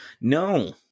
No